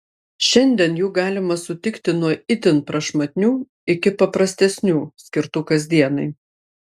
šiandien jų galima sutikti nuo itin prašmatnių iki paprastesnių skirtų kasdienai